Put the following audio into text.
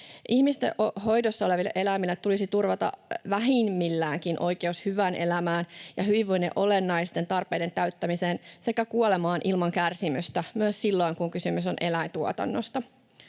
Ihmisten hoidossa oleville eläimille tulisi turvata vähimmilläänkin oikeus hyvään elämään ja hyvinvoinnin olennaisten tarpeiden täyttämiseen sekä kuolemaan ilman kärsimystä, myös silloin, kun kysymys on eläintuotannosta.